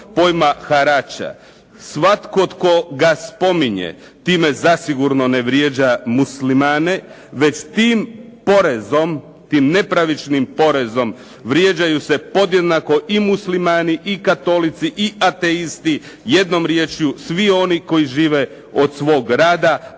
pojma harača, svatko tko ga spominje time zasigurno ne vrijeđa muslimane, već tim porezom, tim nepravičnim porezom vrijeđaju se podjednako i muslimani, i katolici, i atesti, jednom riječju svi oni koji žive od svog rada,